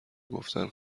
گفتن